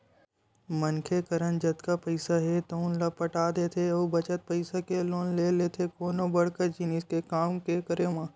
मनखे करन जतका पइसा हे तउन ल पटा देथे अउ बचत पइसा के लोन ले लेथे कोनो बड़का जिनिस के काम के करब म